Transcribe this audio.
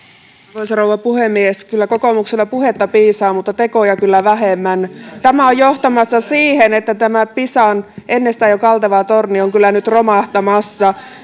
arvoisa rouva puhemies kyllä kokoomuksella puhetta piisaa mutta tekoja vähemmän tämä on johtamassa siihen että tämä pisan ennestään jo kalteva torni on kyllä nyt romahtamassa